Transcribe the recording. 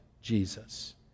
Jesus